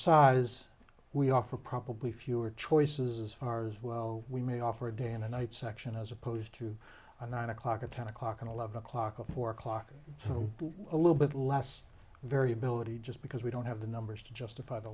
size we offer probably fewer choices as far as well we may offer a day and a night section as opposed to a nine o'clock or ten o'clock and eleven o'clock or four o'clock or so a little bit less variability just because we don't have the numbers to justify the